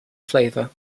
flavor